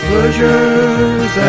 Pleasures